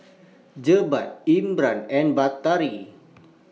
Jebat Imran and Batari